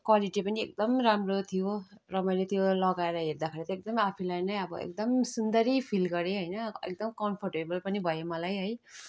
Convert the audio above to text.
quality पनि एकदम राम्रो थियो र मैले त्यो लगाएर हेर्दाखेरि चाहिँ एकदम आफूलाई नै अब एकदम सुन्दरी फिल गरेँ होइन एकदम कम्फोर्टेबल पनि भयो मलाई है